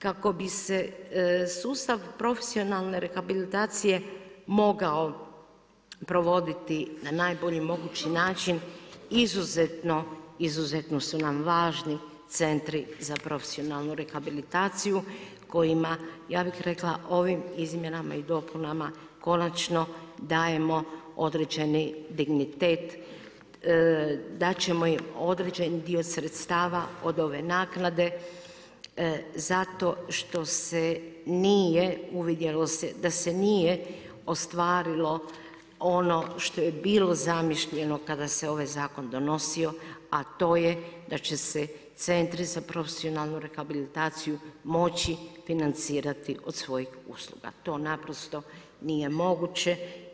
Kako bi se sustav profesionalne rehabilitacije mogao provoditi na najbolji mogući način, izuzetno, izuzetno su nam važni centri za profesionalnu rehabilitaciju kojima izmjenama i dopunama konačno dajemo određeni dignitet, dat ćemo im određeni dio sredstava od ove naknade zato što se nije uvidjelo se da se nije ostvarilo ono što je bilo zamišljeno kada se ovaj zakon donosio a to je da će se centri za profesionalnu rehabilitaciju moći financirati od svojih usluga, to naprosto nije moguće.